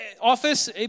Office